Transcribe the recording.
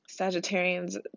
Sagittarians